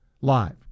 live